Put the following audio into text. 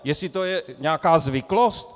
Jestli to je nějaká zvyklost?